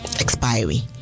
expiry